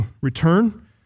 return